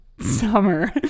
Summer